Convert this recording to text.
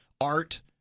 art